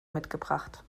mitgebracht